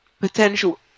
potential